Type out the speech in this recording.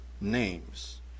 names